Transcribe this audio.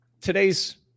today's